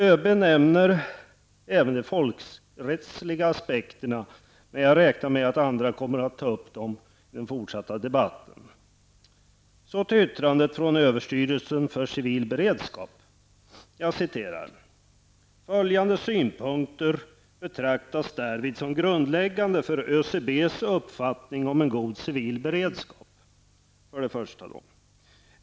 ÖB nämner även de folkrättsliga aspekterna, som jag räknar med att andra ledamöter från mitt parti kommer att ta upp i den fortsatta debatten. Så till yttrandet från Överstyrelsen för civil beredskap. Överstyrelsen skriver: ''Följande synpunkter betraktas därvid som grundläggande för ÖCBs uppfattning om en god civil beredskap.